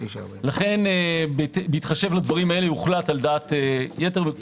לכן בהתחשב בדברים האלה הוחלט על-ידי כלל